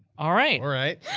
alright. alright.